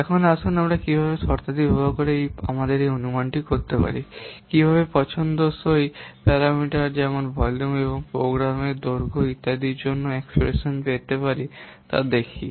এখন আসুন আমরা কীভাবে এই শর্তাদি ব্যবহার করে আমাদের অনুমান করতে পারি কীভাবে পছন্দসই প্যারামিটার যেমন ভলিউম এবং প্রোগ্রামের দৈর্ঘ্য ইত্যাদির জন্য এক্সপ্রেশন পেতে পারি তা দেখি